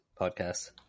podcasts